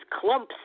clumps